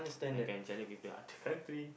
I can challenge people other country